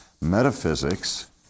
metaphysics